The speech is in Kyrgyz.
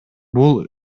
бул